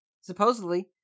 Supposedly